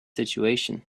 situation